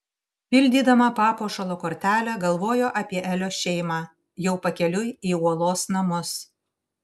pildydama papuošalo kortelę galvojo apie elio šeimą jau pakeliui į uolos namus